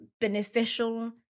beneficial